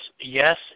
yes